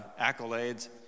accolades